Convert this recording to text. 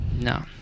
no